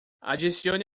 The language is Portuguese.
adicione